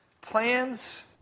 Plans